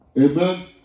Amen